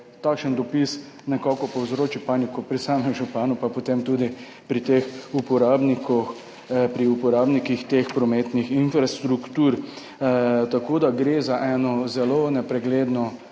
takšen dopis nekako povzročil paniko pri samem županu, pa potem tudi pri uporabnikih teh prometnih infrastruktur. Gre za eno zelo nepregledno